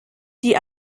die